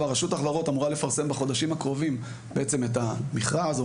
רשות החברות אמורה לפרסם בחודשים הקרובים בעצם את המכרז.